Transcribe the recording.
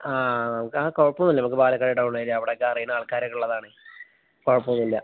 ആ ആ കുഴപ്പമൊന്നുമില്ല നമുക്ക് പാലക്കാട് ടൗൺ ഏരിയ അവിടെയൊക്കെ അറിയുന്ന ആൾക്കാരൊക്കെ ഉള്ളതാണ് കുഴപ്പമൊന്നുമില്ല